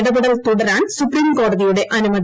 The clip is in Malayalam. ഇടപെടൽ തുടരാൻ സുപ്രീംകോടതിയുടെ അനുമതി